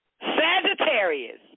Sagittarius